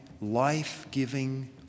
life-giving